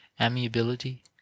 amiability